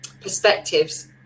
perspectives